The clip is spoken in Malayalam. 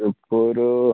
ഇപ്പോൾ ഒരു